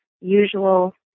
usual